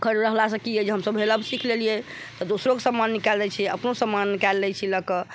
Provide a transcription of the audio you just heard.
पोखरि रहलासँ कि अछि हम सभ हेलय सिख लेलियै तऽ दोसरोके समान निकालि दै छियै अपनो समान निकालि लै छी लऽ कऽ